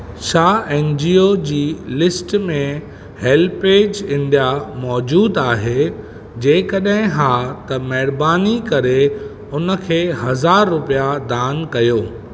छा N G O जी list में हेल्पेज इंडिया मौजूद आहे जेकॾहिं हा त महिरबानी करे उन खे हज़ार रुपिया दान कयो